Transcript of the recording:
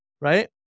right